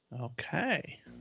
Okay